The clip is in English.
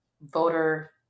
voter